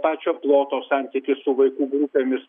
pačio ploto santykis su vaikų grupėmis